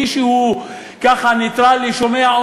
מישהו נייטרלי שומע,